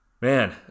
Man